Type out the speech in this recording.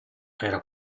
era